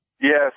Yes